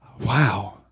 Wow